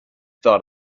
thought